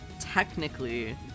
Technically